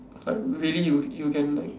like really you you can like